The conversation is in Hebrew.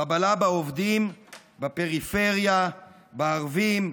חבלה בעובדים, בפריפריה, בערבים,